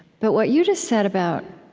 but what you just said about